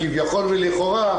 כביכול ולכאורה,